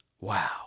Wow